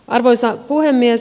arvoisa puhemies